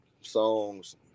songs